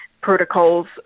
protocols